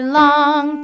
long